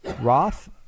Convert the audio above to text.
Roth